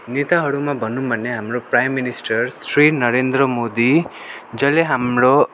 नेताहरूमा भनौँ भने हाम्रो प्राइम मिनिस्टर श्री नरेन्द्र मोदी जसले हाम्रो